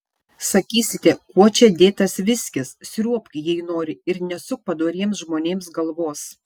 sakysite kuo čia dėtas viskis sriuobk jei nori ir nesuk padoriems žmonėms galvos